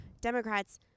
Democrats